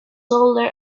older